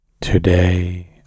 Today